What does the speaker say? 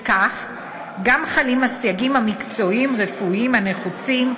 וכך גם חלים הסייגים המקצועיים הרפואיים הנחוצים,